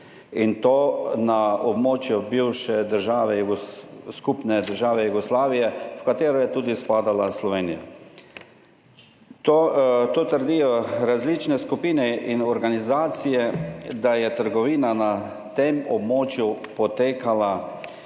in to na območju bivše skupne države Jugoslavije, v katero je spadala tudi Slovenija. To trdijo različne skupine in organizacije, da je trgovina na tem območju potekala